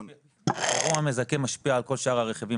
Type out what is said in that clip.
אירוע מזכה משפיע על כל שאר הרכיבים